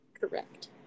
Correct